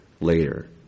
later